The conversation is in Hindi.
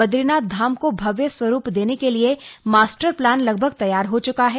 बद्रीनाथ धाम को भव्य स्वरूप देने के लिए मास्टर प्लान लगभग तैयार हो च्का है